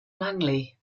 langley